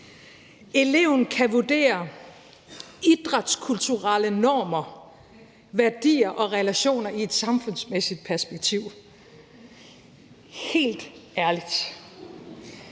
»Eleven kan vurdere idrætskulturelle normer, værdier og relationer i et samfundsmæssigt perspektiv.« Helt ærligt,